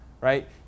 right